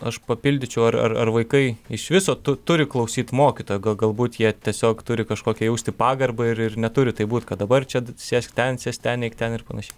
aš papildyčiau ar ar ar vaikai iš viso tu turi klausyt mokytojo ga galbūt jie tiesiog turi kažkokią jausti pagarbą ir ir neturi taip būt kad dabar čia sėsk ten sėsk ten ir panašiai